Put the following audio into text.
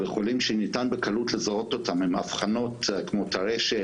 וחולים שניתן בקלות לזהות אותם עם הבחנות כמו טרשת,